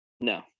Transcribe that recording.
No